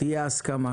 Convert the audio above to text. תהיה הסכמה.